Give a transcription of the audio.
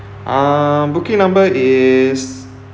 um booking number is